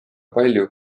palju